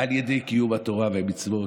על ידי קיום התורה והמצוות: